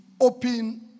open